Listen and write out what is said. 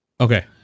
Okay